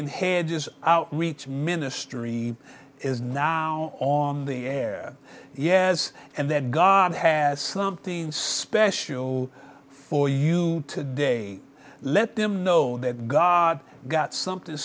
is outreach ministry is now on the air yes and that god has something special for you to day let them know that god got something